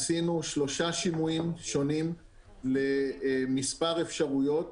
עשינו שלושה שימועים שונים למספר אפשרויות